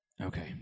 Okay